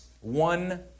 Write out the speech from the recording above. One